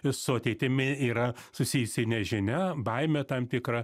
is su ateitimi yra susijusi nežinia baimė tam tikra